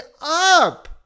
up